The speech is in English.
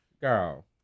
Girl